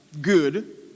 good